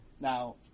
Now